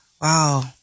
Wow